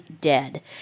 Dead